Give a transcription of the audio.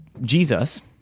Jesus—